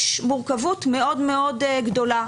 יש מורכבות מאוד מאוד גדולה,